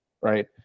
right